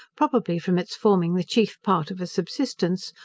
probably from its forming the chief part of a subsistence,